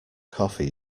coffee